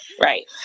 right